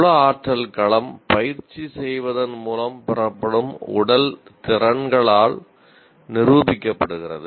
உள ஆற்றல் களம் பயிற்சி செய்வதன் மூலம் பெறப்படும் உடல் திறன்களால் நிரூபிக்கப்படுகிறது